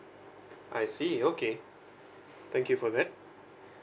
I see okay thank you for that